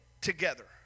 together